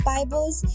Bibles